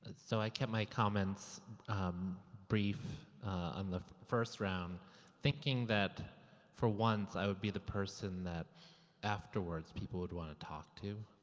so i kept my comments brief on the first round thinking that for once i would be the person that afterwards people would want to talk to.